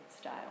style